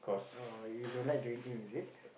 oh you don't like drinking is it